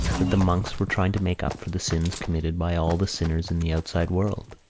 that the monks were trying to make up for the sins committed by all the sinners in the outside world.